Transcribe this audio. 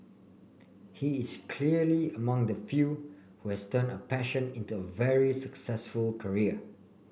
he is clearly among the few who has turned a passion into a very successful career